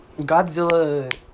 Godzilla